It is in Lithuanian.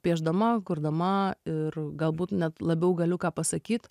piešdama kurdama ir galbūt net labiau galiu ką pasakyt